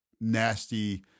nasty